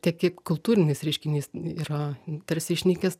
tiek kaip kultūrinis reiškinys yra tarsi išnykęs